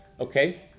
Okay